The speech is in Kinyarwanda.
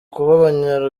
kuba